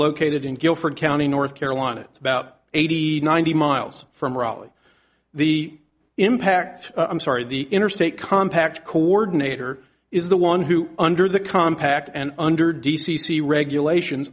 located in guilford county north carolina about eighty ninety miles from raleigh the impact i'm sorry the interstate compact coordinator is the one who under the compact and under d c c regulations